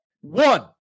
one